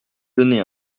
donner